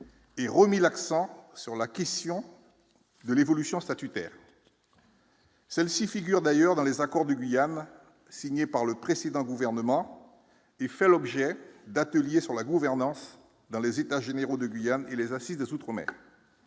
et remis l'accent sur la question de l'évolution statutaire. Celle-ci figure d'ailleurs dans les accords de Guyane, signé par le précédent gouvernement et fait l'objet d'ateliers sur la gouvernance dans les états généraux de Guyane et les Assises des Outre-mer.